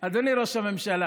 אדוני ראש הממשלה